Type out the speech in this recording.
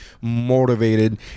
motivated